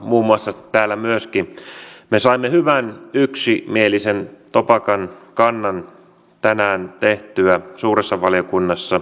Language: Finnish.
olisi parempi että työllistyminen ei etenisi vain työpaikkaosoitusten kautta vaan työnantaja voisi työllistää suoraan